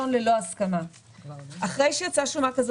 כאשר מוצא צו,